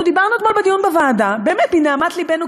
דיברנו אתמול בדיון בוועדה באמת מנהמת לבנו,